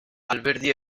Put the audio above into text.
alderdi